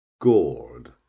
gourd